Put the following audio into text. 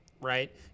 right